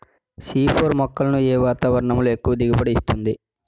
C four మొక్కలను ఏ వాతావరణంలో ఎక్కువ దిగుబడి ఇస్తుంది?